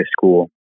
school